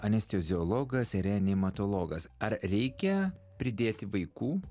anesteziologas reanimatologas ar reikia pridėti vaikų